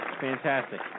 fantastic